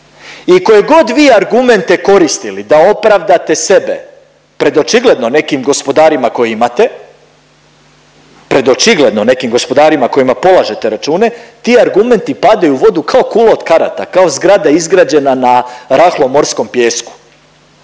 i koje god vi argumente koristili da opravdate sebe pred očigledno nekim gospodarima koje imate, pred očigledno pred nekim gospodarima kojima polažete račune, ti argumenti padaju u vodu kao kula od karata, kao zgrada izgrađena na rahlom morskom pijesku.